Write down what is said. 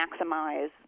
maximize